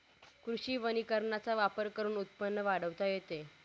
कृषी वनीकरणाचा वापर करून उत्पन्न वाढवता येते